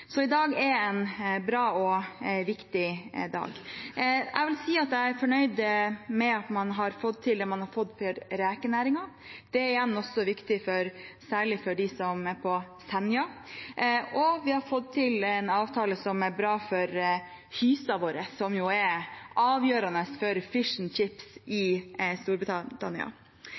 I dag er en bra og viktig dag. Jeg vil si at jeg er fornøyd med det man har fått til i rekenæringen. Det er igjen viktig, særlig for de som er på Senja, og vi har fått til en avtale som er bra for hysen vår, som jo er avgjørende for «fish & chips» i